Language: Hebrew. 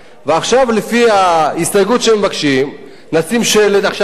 עכשיו, לפי ההסתייגות שמבקשים, נשים שלט על העץ,